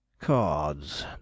Cards